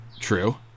True